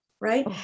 right